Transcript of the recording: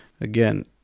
Again